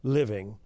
living